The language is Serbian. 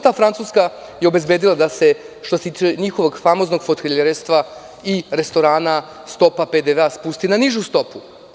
Ta Francuska je obezbedila da se što se tiče njihovog famoznog hotelijerstva i restorana stopa PDV spusti na nižu stopu.